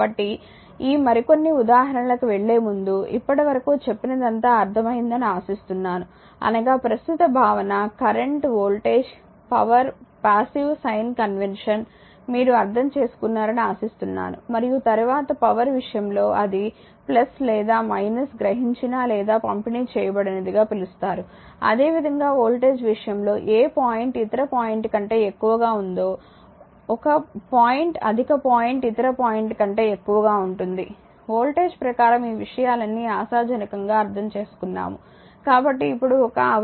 కాబట్టి ఈ మరికొన్ని ఉదాహరణలకి వెళ్ళే ముందు ఇప్పటి వరకు చెప్పినదంతా అర్థమైంది అని ఆశిస్తున్నాను అనగా ప్రస్తుత భావన current voltage power passive sign convention మీరు అర్థం చేసుకున్నారు అని ఆశిస్తున్నాను మరియు తరువాత పవర్ విషయంలో అది లేదా గ్రహించిన లేదా పంపిణీ చేయబడినది గా పిలుస్తారు అదేవిధంగా వోల్టేజ్ విషయంలో ఏ పాయింట్ ఇతర పాయింట్ కంటే ఎక్కువగా ఉందో 1 పాయింట్ అధిక పాయింట్ ఇతర పాయింట్ కంటే ఎక్కువగా ఉంటుంది వోల్టేజ్ ప్రకారం ఈ విషయాలన్నీ ఆశాజనకంగా అర్థం చేసుకున్నాము కాబట్టి ఇప్పుడు ఒక హవర్ 3600 జూల్స్